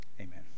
Amen